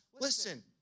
Listen